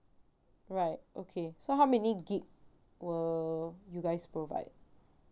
right okay so how many gig will you guys provide